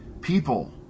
people